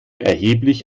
erheblich